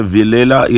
Vilela